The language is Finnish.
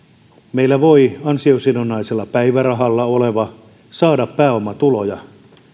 meillä voi ansiosidonnaisella päivärahalla oleva saada pääomatuloja